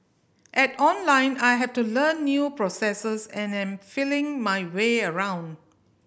at Online I have to learn new processes and am feeling my way around